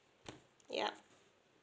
ya